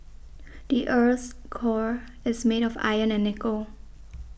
the earth's core is made of iron and nickel